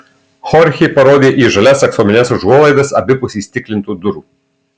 chorchė parodė į žalias aksomines užuolaidas abipus įstiklintų durų